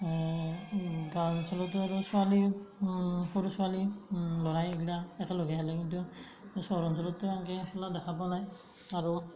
গাঁও অঞ্চলতো আৰু ছোৱালী সৰু ছোৱালী ল'ৰাই এইগিলাক একেলগে খেলে কিন্তু চহৰ অঞ্চলতো সেনেকে খেলা দেখা পোৱা নাই আৰু